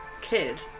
kid